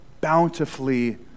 bountifully